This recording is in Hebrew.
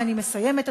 ואני מסיימת,